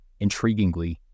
Intriguingly